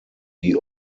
die